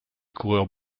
coureurs